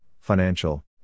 financial